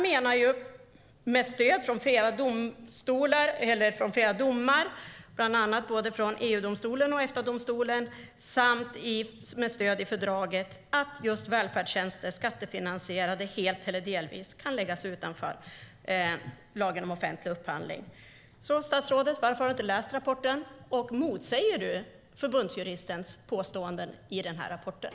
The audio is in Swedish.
Med stöd från flera domar - från både EU-domstolen och Efta-domstolen - och med stöd i fördraget kan välfärdstjänster, helt eller delvis, falla utanför lagen om offentlig upphandling. Så statsrådet, varför har du inte läst rapporten? Motsäger du förbundsjuristens påståenden i rapporten?